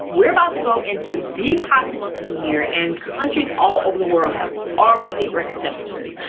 we're about to go into the hottest month of the year and countries all over the world have already hit record temperatures.